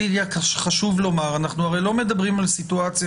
חשוב לומר שאנחנו הרי לא מדברים על סיטואציה